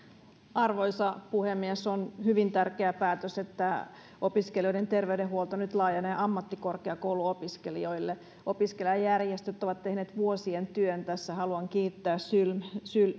arvoisa puhemies on hyvin tärkeä päätös että opiskelijoiden terveydenhuolto nyt laajenee ammattikorkeakouluopiskelijoille opiskelijajärjestöt ovat tehneet tässä vuosien työn haluan kiittää syliä syliä